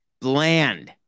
bland